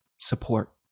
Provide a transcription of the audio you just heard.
support